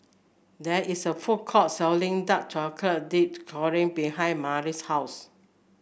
there is a food court selling dark dip Churro behind Milas' house